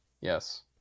Yes